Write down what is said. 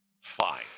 fine